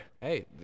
Hey